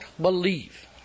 believe